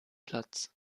platz